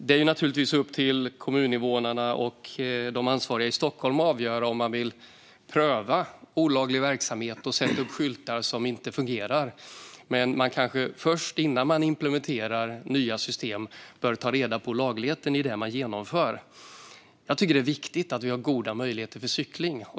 Det är naturligtvis upp till kommuninvånarna och de ansvariga i Stockholm att avgöra om man vill pröva olaglig verksamhet och sätta upp skyltar som inte fungerar, men man kanske först, innan man implementerar nya system, bör ta reda på lagligheten i det man genomför. Jag tycker att det är viktigt att vi har goda möjligheter för cykling.